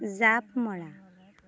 জাঁপ মৰা